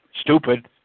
Stupid